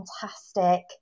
fantastic